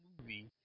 movie